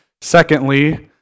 secondly